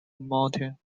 mountain